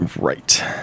Right